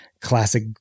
classic